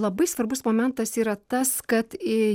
labai svarbus momentas yra tas kad į